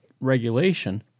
regulation